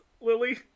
Lily